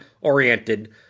oriented